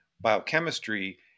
biochemistry